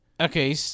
Okay